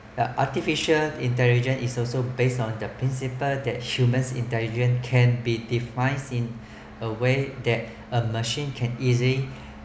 the artificial intelligence is also based on the principle that human intelligence can be defined in a way that a machine can easily